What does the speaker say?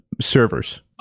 servers